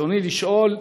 רצוני לשאול: